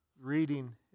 reading